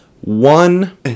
one